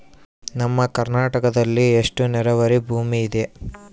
ನಮ್ಮ ಕರ್ನಾಟಕದಲ್ಲಿ ಎಷ್ಟು ನೇರಾವರಿ ಭೂಮಿ ಇದೆ?